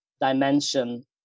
dimension